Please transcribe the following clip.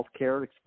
healthcare